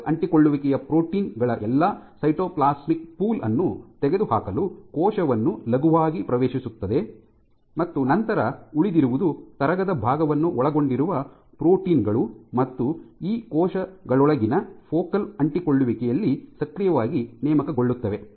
focal ಅಂಟಿಕೊಳ್ಳುವಿಕೆಯ protein ಗಳ ಎಲ್ಲಾ ಸೈಟೋಪ್ಲಾಸ್ಮಿಕ್ ಪೂಲ್ ಅನ್ನು ತೆಗೆದುಹಾಕಲು ಕೋಶವನ್ನು ಲಘುವಾಗಿ ಪ್ರವೇಶಿಸುತ್ತದೆ ಮತ್ತು ನಂತರ ಉಳಿದಿರುವುದು ಕರಗದ ಭಾಗವನ್ನು ಒಳಗೊಂಡಿರುವ ಪ್ರೋಟೀನ್ ಗಳು ಮತ್ತು ಈ ಕೋಶಗಳೊಳಗಿನ ಫೋಕಲ್ ಅಂಟಿಕೊಳ್ಳುವಿಕೆಯಲ್ಲಿ ಸಕ್ರಿಯವಾಗಿ ನೇಮಕಗೊಳ್ಳುತ್ತವೆ